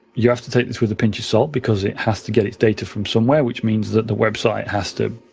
you have to take this with a pinch of salt, because it has to get its data from somewhere, which means that the website has to